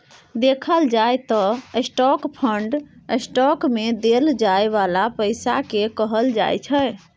देखल जाइ त स्टाक फंड स्टॉक मे देल जाइ बाला पैसा केँ कहल जाइ छै